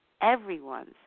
everyone's